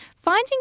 finding